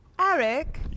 Eric